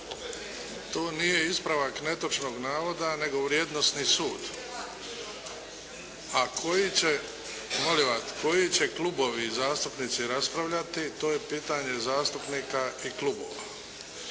To nije ispravak netočnog navoda nego vrijednosni sud. A koji će klubovi i zastupnici raspravljati, to je pitanje zastupnika i klubova.